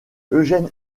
eugène